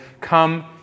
come